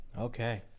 okay